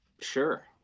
Sure